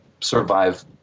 survive –